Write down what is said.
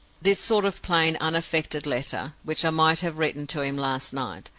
this sort of plain, unaffected letter which i might have written to him last night,